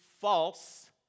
false